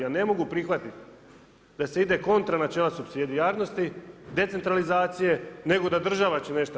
Ja ne mogu prihvatiti da se ide kontra načela supsidijarnosti, decentralizacije, nego da država će nešto.